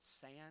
sand